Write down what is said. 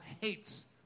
hates